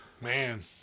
Man